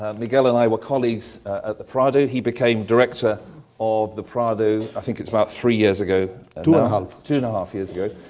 miguel and i were colleagues at the prado. he became director of the prado i think it's about three years ago. two and a half. two and a half years ago.